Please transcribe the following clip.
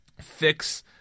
fix